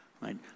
right